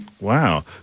Wow